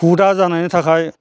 हुदा जानायनि थाखाय